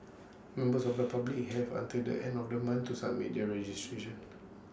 members of the public have until the end of the month to submit their registration